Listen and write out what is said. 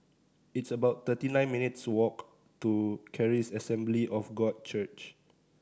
it's about thirty nine minutes' walk to Charis Assembly of God Church